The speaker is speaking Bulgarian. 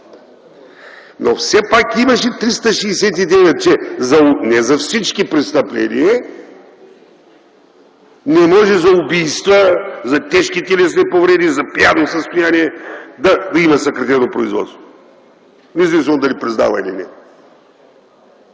все пак обаче чл. 369с, но не за всички престъпления, не може за убийства, за тежки телесни повреди, за пияно състояние да има съкратено производство, независимо дали признава или не.